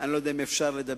אני לא יודע אם אפשר לדבר